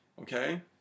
okay